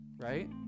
right